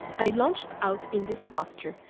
i launched out in this posture,